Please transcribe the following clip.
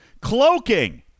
cloaking